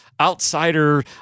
outsider